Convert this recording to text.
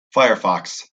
firefox